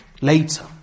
later